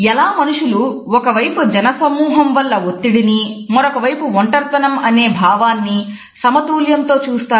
ఎలా మనుషులు ఒకవైపు జన సమూహం వల్ల ఒత్తిడిని మరొకవైపు ఒంటరితనం అనే భావాన్ని సమతుల్యంతో చూస్తారు